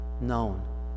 known